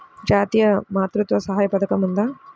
జాతీయ మాతృత్వ సహాయ పథకం ఉందా?